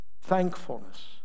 Thankfulness